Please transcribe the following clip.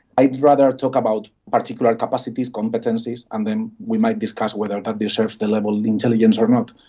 i'd rather talk about particular capacities, competencies, and then we might discuss whether that deserves the label of intelligence or not.